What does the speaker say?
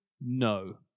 no